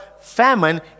famine